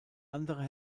andere